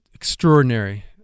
Extraordinary